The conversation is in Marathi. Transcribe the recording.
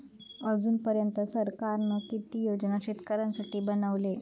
अजून पर्यंत सरकारान किती योजना शेतकऱ्यांसाठी बनवले?